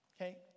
Okay